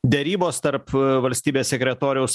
derybos tarp valstybės sekretoriaus